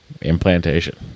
implantation